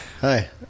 Hi